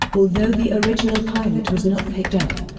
although the original pilot was not picked up,